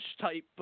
type